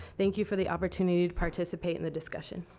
thank you for the opportunity to participate in the discussion.